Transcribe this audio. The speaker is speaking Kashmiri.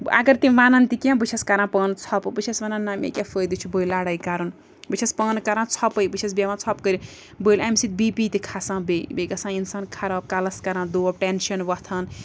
اَگر تِم وَنَن تہِ کیٚنٛہہ بہٕ چھَس کَران پانہٕ ژھۄپہٕ بہٕ چھَس ونان نہ مے کیٛاہ فٲیدٕ چھُ بٔلۍ لڑٲے کَرُن بہٕ چھَس پانہٕ کران ژھۄپٕے بہٕ چھَس بیٚہوان ژھۄپہٕ کٔرِتھ بٔلۍ اَمہِ سۭتۍ بی پی تہِ کھَسان بیٚیہِ بیٚیہِ گژھان اِنسان خراب کَلَس کران دود ٹٮ۪نشَن وۄتھان